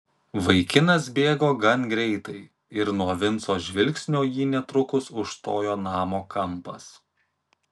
vaikinas bėgo gan greitai ir nuo vinco žvilgsnio jį netrukus užstojo namo kampas